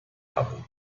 habe